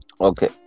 Okay